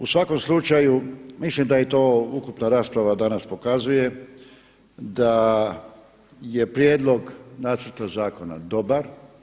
U svakom slučaju mislim da to ukupna rasprava danas pokazuje, da je prijedlog nacrta zakona dobar.